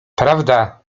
prawda